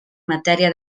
matèria